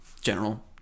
general